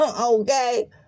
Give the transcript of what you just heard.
okay